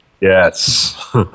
yes